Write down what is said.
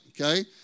okay